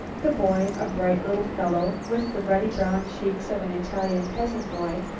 the boy, a bright little fellow, with the ruddy brown cheeks of an italian peasant boy,